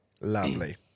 Lovely